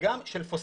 וגם של פוספטים.